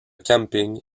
camping